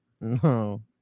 No